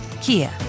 Kia